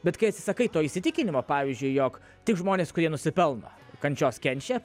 bet kai atsisakai to įsitikinimo pavyzdžiui jog tik žmonės kurie nusipelno kančios kenčia